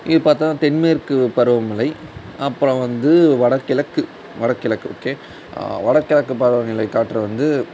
இப்போதான் தென்மேற்கு பருவமழை அப்புறம் வந்து வடகிழக்கு வடகிழக்கு ஓகே வடகிழக்கு பருவநிலை காற்று வந்து